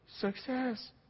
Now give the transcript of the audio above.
success